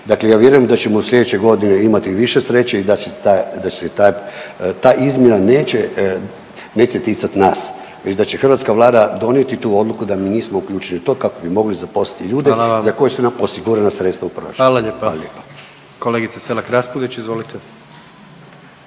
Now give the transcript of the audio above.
Dakle, ja vjerujem da ćemo sljedeće godine imati više sreće i da će se ta izmjena neće ticati nas već da će hrvatska Vlada donijeti tu odluku da mi nismo uključeni u to kako bi mogli zaposliti ljude …/Upadica predsjednik: Hvala vam./… za koje su nam osigurana sredstva